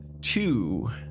two